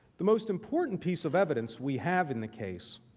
the most important piece of evidence we have in the case